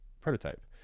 prototype